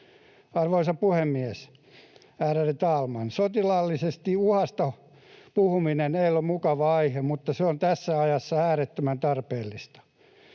Arvoisa puhemies, ärade talman! Sotilaallisesta uhasta puhuminen ei ole mukava aihe, mutta se on tässä ajassa äärettömän tarpeellista.